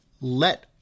let